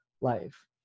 life